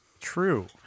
True